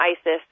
ISIS